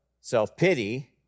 self-pity